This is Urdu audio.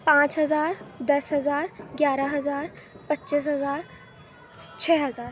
پانچ ہزار دس ہزار گیارہ ہزار پچیس ہزار چھ ہزار